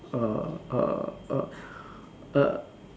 err